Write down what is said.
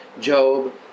Job